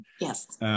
Yes